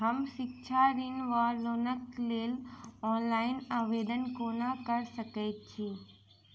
हम शिक्षा ऋण वा लोनक लेल ऑनलाइन आवेदन कोना कऽ सकैत छी?